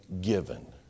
given